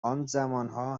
زمانها